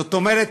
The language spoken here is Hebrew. זאת אומרת,